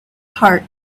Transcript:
heart